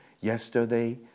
yesterday